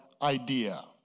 Idea